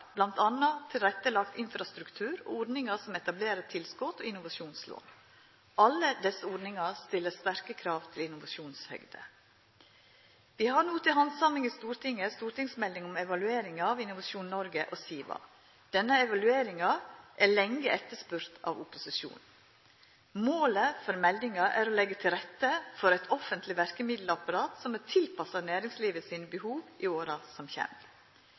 ein tilrettelagd infrastruktur og ordningar som etablerartilskot og innovasjonslån. Alle desse ordningane stiller sterke krav til innovasjonshøgd. Vi har no til handsaming i Stortinget stortingsmeldinga om evalueringa av Innovasjon Norge og SIVA. Denne evalueringa er lenge etterspurd av opposisjonen. Målet for meldinga er å leggja til rette for eit offentleg verkemiddelapparat som er tilpassa næringslivet sine behov i åra som kjem.